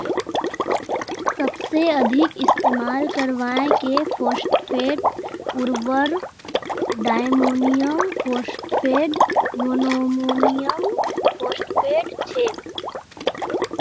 सबसे अधिक इस्तेमाल करवार के फॉस्फेट उर्वरक डायमोनियम फॉस्फेट, मोनोअमोनियमफॉस्फेट छेक